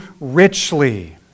richly